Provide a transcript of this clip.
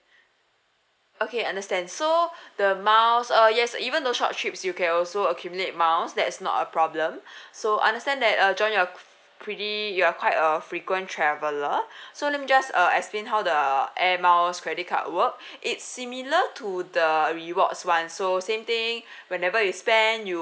okay understand so the miles uh yes even the short trips you can also accumulate miles that's not a problem so understand that uh john you're pretty you are quite a frequent traveller so let me just uh explain how the air miles credit card work it's similar to the rewards [one] so same thing whenever you spend you